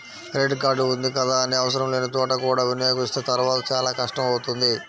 credit card ఉంది కదా అని ఆవసరం లేని చోట కూడా వినియోగిస్తే తర్వాత చాలా కష్టం అవుతుంది